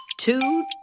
Two